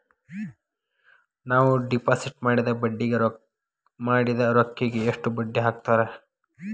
ನಾವು ಡಿಪಾಸಿಟ್ ಮಾಡಿದ ರೊಕ್ಕಿಗೆ ಎಷ್ಟು ಬಡ್ಡಿ ಹಾಕ್ತಾರಾ?